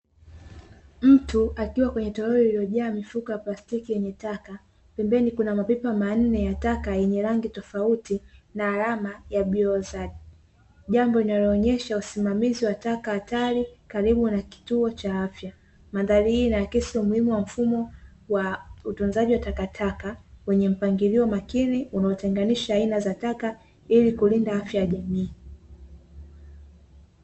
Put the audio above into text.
Mtu akiwa kwenye toroli lililojaa mifuko ya plastiki yenye taka pembeni kuna mapipa manne ya taka yenye rangi tofauti na alama ya bioazadi, jambo linaloonyesha usimamizi wa taka hatari karibu na kituo cha afya, mandhari hii inaakisi umuhimunya mfumo wa utunzaji wa taka taka kwenye mpangilio makini unaotenganisha aina za taka ili kulinda afya ya jamii.